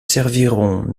serviront